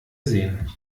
sehen